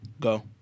Go